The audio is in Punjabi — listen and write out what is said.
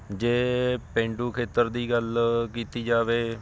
ਜੇ ਪੇਂਡੂ ਖੇਤਰ ਦੀ ਗੱਲ ਕੀਤੀ ਜਾਵੇ